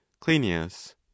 cleinias